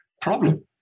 Problem